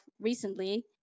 recently